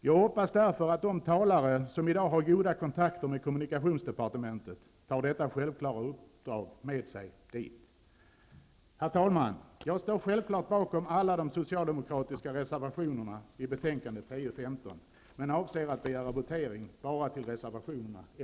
Jag hoppas därför att de talare som i dag har goda kontakter med kommunikationsdepartementet tar detta självklara uppdrag med sig dit. Herr talman! Jag står självfallet bakom alla de socialdemokratiska reservationerna i betänkande